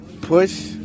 push